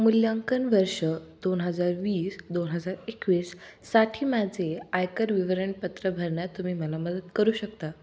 मूल्यांकन वर्ष दोन हजार वीस दोन हजार एकवीससाठी माझे आयकर विवरणपत्र भरण्यात तुम्ही मला मदत करू शकता